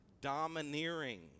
domineering